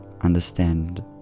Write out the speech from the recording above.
understand